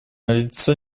налицо